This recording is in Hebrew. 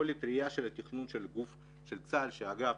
יכולת הראייה של התכנון של צה"ל שאגב,